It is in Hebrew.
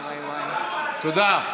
תודה.